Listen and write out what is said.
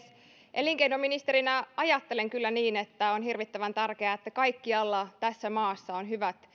elinkeinoministerinä ajattelen kyllä niin että on hirvittävän tärkeää että kaikkialla tässä maassa on hyvät